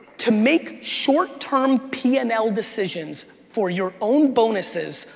to make short-term p and l decisions for your own bonuses,